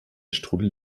strudel